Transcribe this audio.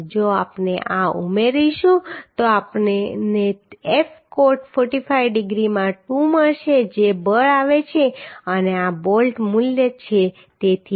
જો આપણે આ ઉમેરીશું તો આપણને તે F કોટ 45 ડિગ્રીમાં 2 મળશે જે બળ આવે છે અને આ બોલ્ટ મૂલ્ય છે તેથી 0